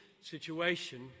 situation